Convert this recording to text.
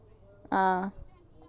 ah